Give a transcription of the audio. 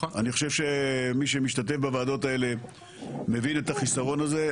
אני חושב שמי שמשתתף בוועדות האלה מבין את החיסרון הזה.